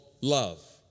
love